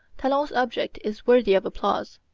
talon's object is worthy of applause.